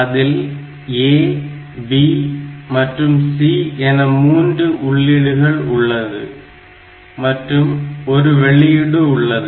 அதில் A B மற்றும் C என மூன்று உள்ளீடுகள் உள்ளது மற்றும் ஒரு வெளியீடு உள்ளது